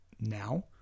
now